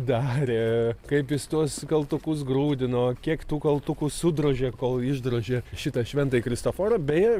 darė kaip jis tuos kaltukus grūdino kiek tų kaltukų sudrožė kol išdrožė šitą šventąjį kristoforą beje